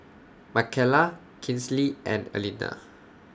Mckayla Kinsley and Aleena